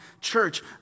church